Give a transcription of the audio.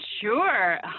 Sure